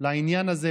לעניין הזה.